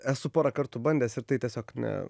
esu porą kartų bandęs ir tai tiesiog ne